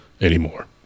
anymore